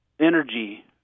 energy